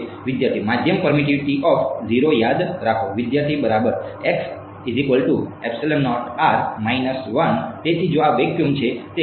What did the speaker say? વિદ્યાર્થી માધ્યમ permittivity of 0 યાદ રાખો વિદ્યાર્થી બરાબર તેથી જો આ વેક્યુમ છે